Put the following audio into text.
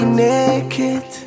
naked